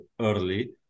early